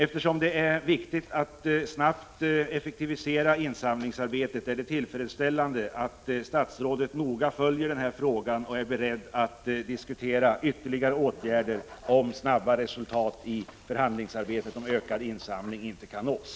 Eftersom det är viktigt att snabbt effektivisera insamlingsarbetet är det tillfredsställande att statsrådet noga följer denna fråga och är beredd att diskutera ytterligare åtgärder om snabba resultat i arbetet med förhandlingar om ökad insamling inte kan nås.